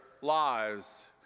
lives